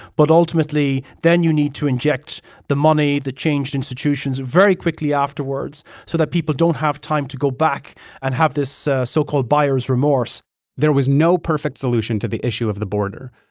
but ultimately, then you need to inject the money, the changed institutions very quickly afterwards so that people don't have time to go back and have this so-called buyer's remorse there was no perfect solution to the issue of the border,